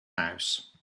house